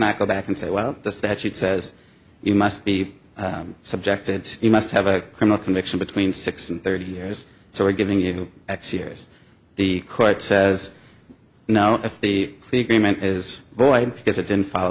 not go back and say well the statute says you must be subjected you must have a criminal conviction between six and thirty years so we're giving you x years the court says no if the the agreement is void because it didn't follow